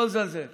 זאת